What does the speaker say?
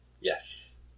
yes